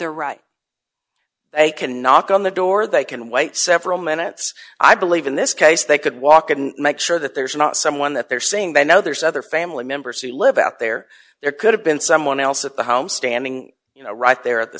they're right they can knock on the door they can wait several minutes i believe in this case they could walk in and make sure that there's not someone that they're saying they know there's other family members who live out there there could have been someone else at the home standing you know right there at the